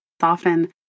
soften